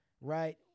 right